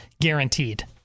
guaranteed